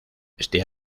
este